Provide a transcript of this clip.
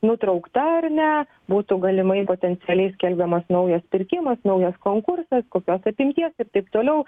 nutraukta ar ne būtų galimai potencialiai skelbiamas naujas pirkimas naujas konkursas kokios apimties ir taip toliau